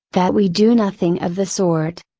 that we do nothing of the sort.